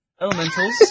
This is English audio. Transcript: Elementals